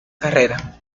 carrera